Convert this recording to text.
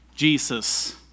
Jesus